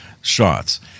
shots